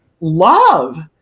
love